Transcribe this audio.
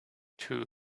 too